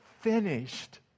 finished